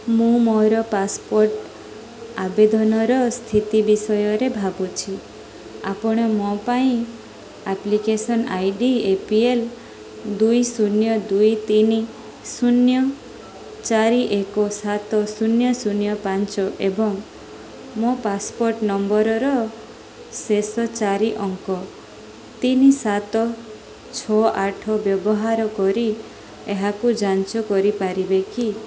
ମୁଁ ମୋର ପାସପୋର୍ଟ ଆବେଦନର ସ୍ଥିତି ବିଷୟରେ ଭାବୁଛି ଆପଣ ମୋ ପାଇଁ application I D A P L ଦୁଇ ଶୂନ୍ୟ ଦୁଇ ତିନି ଶୂନ୍ୟ ଚାରି ଏକ ସାତ ଶୂନ୍ୟ ଶୂନ୍ୟ ପାଞ୍ଚ ଏବଂ ମୋ ପାସପୋର୍ଟ ନମ୍ବରର ଶେଷ ଚାରି ଅଙ୍କ ତିନି ସାତ ଛଅ ଆଠ ବ୍ୟବହାର କରି ଏହାକୁ ଯାଞ୍ଚ କରିପାରିବେ କି